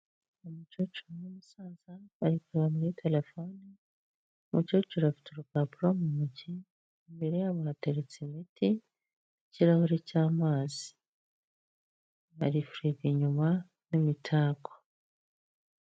Umukecuru n'umusaza bari kureba muri telefoni, umukecuru afite urupapuro mu ntoki imbere yabo hateretse imiti n'ikirahuri cy'amazi hari firigo inyuma n'imitako.